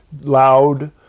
loud